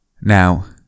Now